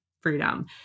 freedom